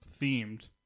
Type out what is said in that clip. themed